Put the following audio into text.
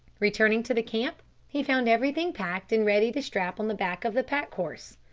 returning to the camp he found everything packed and ready to strap on the back of the pack-horse.